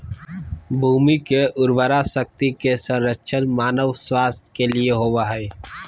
भूमि की उर्वरा शक्ति के संरक्षण मानव स्वास्थ्य के लिए होबो हइ